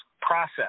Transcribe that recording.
process